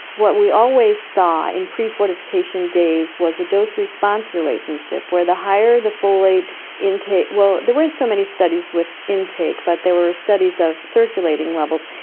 what we always saw in pre-fortification days was a dose response relationship where the higher the folate intake, well, there weren't so many studies with intake, but there were studies of circulating levels,